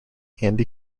andy